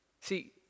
See